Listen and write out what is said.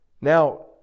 Now